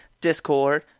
Discord